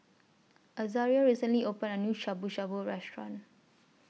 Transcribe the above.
Azaria recently opened A New Shabu Shabu Restaurant